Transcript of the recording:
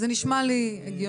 בסדר, זה נשמע לי הגיוני.